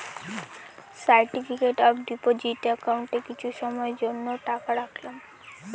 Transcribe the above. certificate of deposit একাউন্টে কিছু সময়ের জন্য টাকা রাখলাম